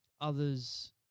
others